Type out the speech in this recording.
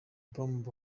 bomb